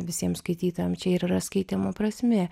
visiems skaitytojam čia ir yra skaitymo prasmė